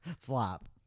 flop